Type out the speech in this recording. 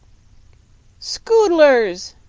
scoodlers!